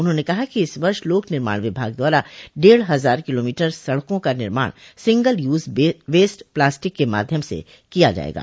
उन्होंने कहा कि इस वर्ष लोक निर्माण विभाग द्वारा डेढ़ हजार किलोमीटर सड़कों का निर्माण सिंगल यूज बस्ट प्लास्टिक के माध्यम से किया जायेगा